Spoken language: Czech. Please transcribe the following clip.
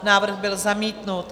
Návrh byl zamítnut.